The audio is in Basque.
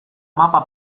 mapa